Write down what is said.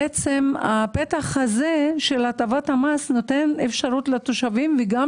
הפתח של הטבת המס נותן אפשרות לתושבים וגם